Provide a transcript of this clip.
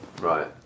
Right